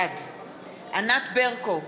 בעד ענת ברקו,